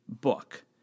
book